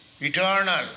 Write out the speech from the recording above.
eternal